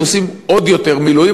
שעושים עוד יותר מילואים,